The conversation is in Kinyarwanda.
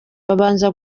babanza